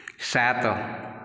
ସାତ